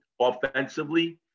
offensively